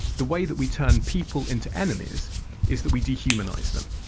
the way that we turn people into enemies is that we dehumanise them.